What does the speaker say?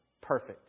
Perfect